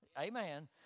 Amen